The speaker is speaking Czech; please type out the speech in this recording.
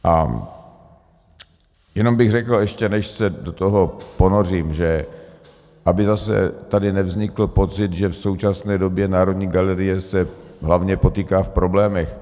A jenom bych řekl, ještě než se do toho ponořím, aby zase tady nevznikl pocit, že v současné době Národní galerie se hlavně potýká v problémech.